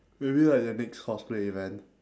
maybe like the next cosplay event